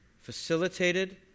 facilitated